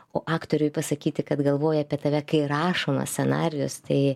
o aktoriui pasakyti kad galvoja apie tave kai rašomas scenarijus tai